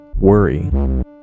worry